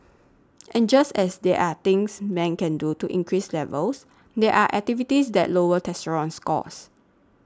and just as there are things men can do to increase levels there are activities that lower testosterone scores